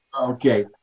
Okay